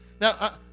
Now